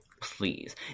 please